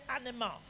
animal